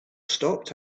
stopped